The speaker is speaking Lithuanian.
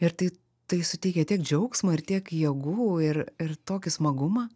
ir tai tai suteikia tiek džiaugsmo ir tiek jėgų ir ir tokį smagumą